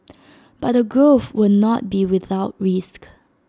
but the growth will not be without risk